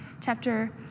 chapter